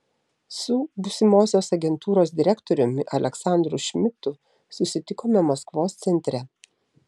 su būsimosios agentūros direktoriumi aleksandru šmidtu susitikome maskvos centre